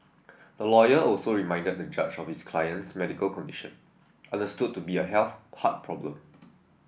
the lawyer also reminded the judge of his client's medical condition understood to be a health heart problem